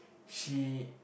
she